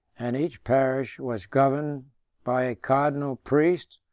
and each parish was governed by a cardinal priest,